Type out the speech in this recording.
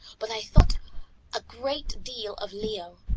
but i thought a great deal of leo,